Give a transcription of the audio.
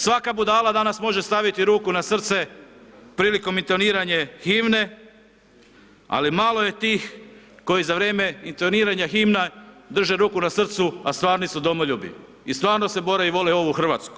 Svaka budala danas može staviti ruku na srce prilikom intoniranje himne, ali malo je tih, koji za vrijeme intoniranja himena drže ruku na srcu, a stvarni su domoljubi i stvarno se bore i vole Hrvatsku.